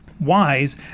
wise